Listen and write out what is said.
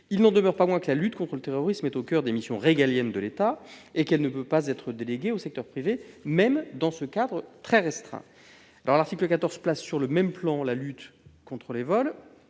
Il n'en demeure pas moins que la lutte contre le terrorisme est au coeur des missions régaliennes de l'État et qu'elle ne peut pas être déléguée au secteur privé, même dans ce cadre très restreint. L'article 14 place sur le même plan la lutte contre les vols,